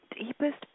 deepest